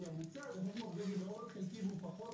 שמוצע הוא חוק נורבגי --- הוא פחות,